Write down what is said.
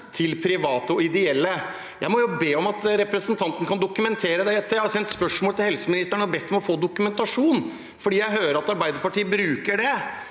på private og ideelle. Jeg må be om at representanten dokumenterer det. Jeg har sendt spørsmål til helseministeren og bedt om å få dokumentasjon fordi jeg hører at Arbeiderpartiet bruker de